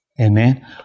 Amen